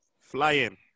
Flying